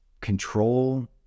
control